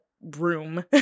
room